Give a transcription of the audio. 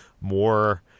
more